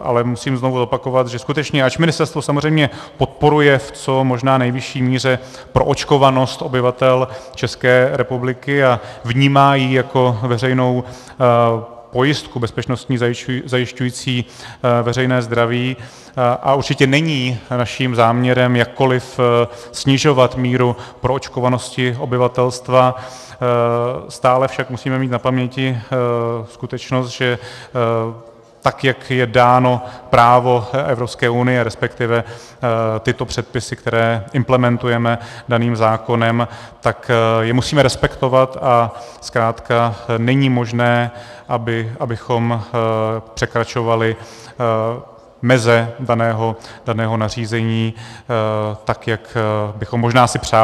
Ale musím znovu zopakovat, že skutečně, ač ministerstvo samozřejmě podporuje v co možná nejvyšší míře proočkovanost obyvatel České republiky a vnímá ji jako veřejnou pojistku bezpečnosti zajišťující veřejné zdraví, a určitě není naším záměrem jakkoliv snižovat míru proočkovanosti obyvatelstva, stále však musíme mít na paměti skutečnost, že tak jak je dáno právo Evropské unie, resp. tyto předpisy, které implementujeme daným zákonem, tak je musíme respektovat a zkrátka není možné, abychom překračovali meze daného nařízení, tak jak bychom si možná přáli.